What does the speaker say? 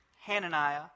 Hananiah